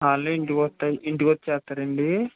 వాల్లే ఇంటికి వ ఇంటికి వచ్చేస్తారండి